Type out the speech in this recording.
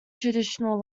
traditional